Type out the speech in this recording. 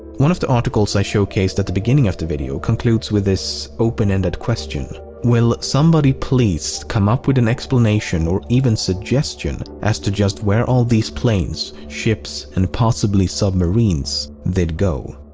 one of the articles i showcased at the beginning of the video concludes with this open-ended question will somebody please come up with an explanation, or even suggestion as to just where all these planes, ships, and possibly submarines, did go?